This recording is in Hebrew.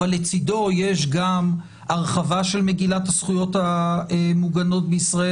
אבל לצדו יש גם הרחבה של מגילת הזכויות המוגנות בישראל,